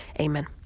Amen